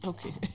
Okay